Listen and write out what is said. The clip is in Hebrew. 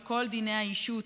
על כל דיני האישות,